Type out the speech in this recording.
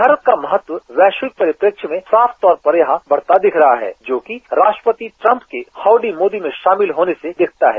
भारत का महत्व वैश्विक परिदृ श्य में साफतौर पर यहां बढ़ता दिख रहा है जो कि राष्ट्रपति ट्रंप की हाउड़ी मोदी में शामिल होने से दिखता है